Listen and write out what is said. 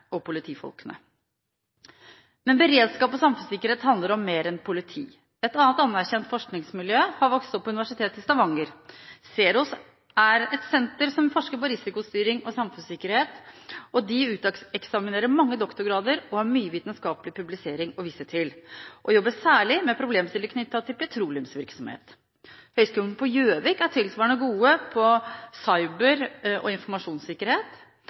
og politifolkene. Men beredskap og samfunnssikkerhet handler om mer enn politi. Et annet anerkjent forskningsmiljø har vokst opp ved Universitetet i Stavanger. SEROS er et senter som forsker på risikostyring og samfunnssikkerhet. De uteksaminerer mange doktorgradskandidater, og har mye vitenskapelig publisering å vise til. De jobber særlig med problemstillinger knyttet til petroleumsvirksomhet. Høgskolen i Gjøvik er tilsvarende gode på cyber- og informasjonssikkerhet,